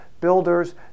builders